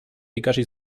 ikasi